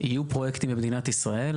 יהיו פרויקטים שמדינת ישראל,